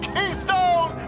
Keystone